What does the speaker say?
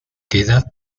queda